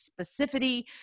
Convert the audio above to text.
specificity